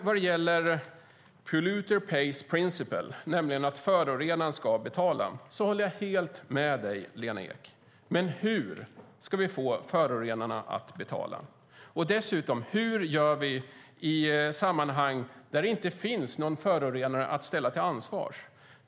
Vad gäller polluter pays principle, det vill säga att förorenaren ska betala, håller jag helt med dig, Lena Ek. Men hur ska vi få förorenarna att betala? Och hur gör vi i sammanhang där det inte finns någon förorenare att ställa till ansvar?